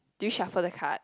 do you shuffle the card